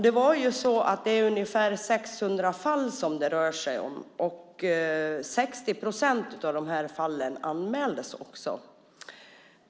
Det rör sig om ungefär 600 fall, och 60 procent av fallen anmäldes också.